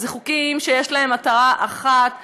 אלה חוקים שיש להם מטרה אחת ברורה,